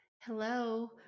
Hello